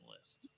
list